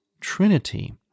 Trinity